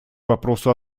вопросу